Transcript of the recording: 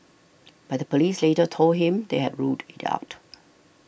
but the police later told him they had ruled it out